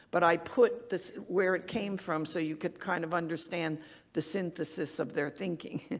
but i put this where it came from so you could kind of understand the synthesis of their thinking.